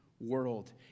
world